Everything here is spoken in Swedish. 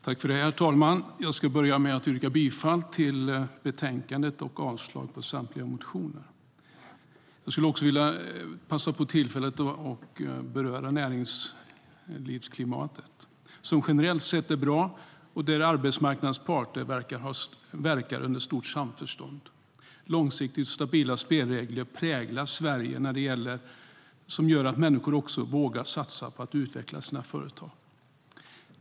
Herr talman! Jag ska börja med att yrka bifall till förslaget i betänkandet och avslag på samtliga motioner. Jag skulle också vilja passa på att beröra näringslivsklimatet, som generellt sett är bra och där arbetsmarknadens parter verkar under stort samförstånd. Långsiktiga och stabila spelregler präglar Sverige, vilket gör att människor vågar satsa på att utveckla sina företag.